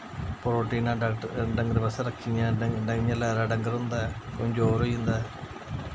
प्रोटीनां डाक डंगर बास्तै रक्खी दियां इ'यां लैरा डंगर होंदी ऐ कमज़ोर होई जंदा ऐ